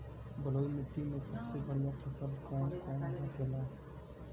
बलुई मिट्टी में सबसे बढ़ियां फसल कौन कौन होखेला?